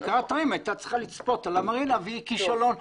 כיכר אתרים הייתה צריכה לצפות על המרינה והיא כישלון,